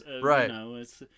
Right